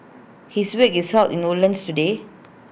his wake is held in Woodlands today